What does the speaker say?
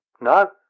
No